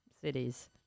cities